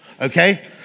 Okay